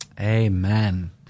amen